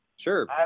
Sure